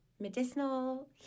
medicinal